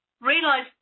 realize